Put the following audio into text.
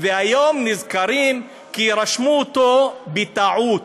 והיום נזכרים שרשמו אותו בטעות.